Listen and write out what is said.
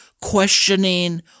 questioning